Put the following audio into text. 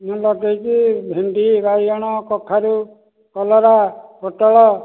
ମୁଁ ଲଗାଇଛି ଭେଣ୍ଡି ବାଇଗଣ କଖାରୁ କଲରା ପୋଟଳ